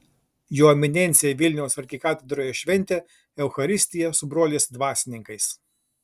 jo eminencija vilniaus arkikatedroje šventė eucharistiją su broliais dvasininkais